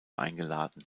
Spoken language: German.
eingeladen